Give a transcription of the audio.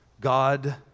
God